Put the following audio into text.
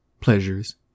pleasures